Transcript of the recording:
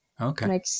Okay